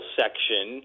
section